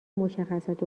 مشخصات